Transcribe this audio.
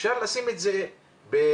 אפשר לשים את זה ליד.